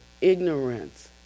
ignorance